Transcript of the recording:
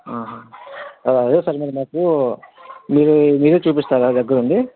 ఆహా అది అదే సార్ మరి మాకు మీరు మీరే చూపిస్తారా దగ్గర ఉండి